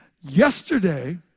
yesterday